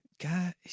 God